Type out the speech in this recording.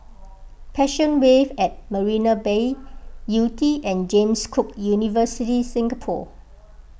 Passion Wave at Marina Bay Yew Tee and James Cook University Singapore